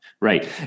Right